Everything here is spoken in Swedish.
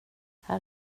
här